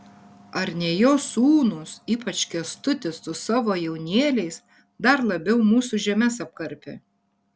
ar ne jo sūnūs ypač kęstutis su savo jaunėliais dar labiau mūsų žemes apkarpė